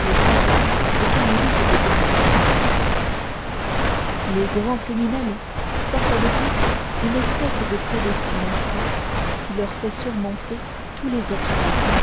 le couvent des carmélites de béthune les grands criminels portent avec eux une espèce de prédestination qui leur fait surmonter tous les obstacles